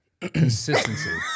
Consistency